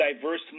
diverse